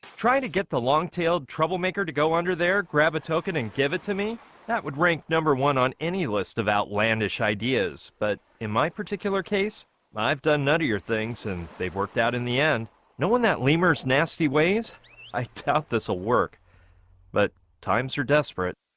to get the long-tailed troublemaker to go under there grab a token and give it to me that would rank number one on any list of outlandish ideas but in my particular case i've done none of your things and they've worked out in the end no one that lemurs nasty ways i tell this will ah work but times are desperate